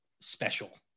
special